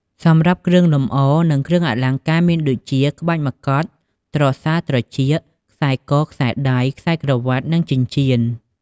សម្រាប់គ្រឿងលម្អ និងគ្រឿងអលង្ការមានដូចជា ក្បាច់មកុដ ត្រសាល់ត្រចៀក ខ្សែក ខ្សែដៃ ខ្សែក្រវាត់ និងចិញ្ចៀន ។